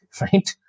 right